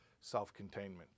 self-containment